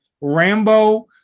Rambo